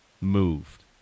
moved